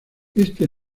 este